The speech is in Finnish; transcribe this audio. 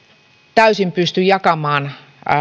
täysin pysty jakamaan